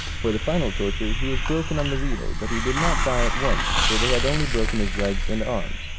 for the final torture he was broken on the wheel, but he did not die at once, for they had only broken his legs and arms,